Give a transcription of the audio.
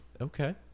Okay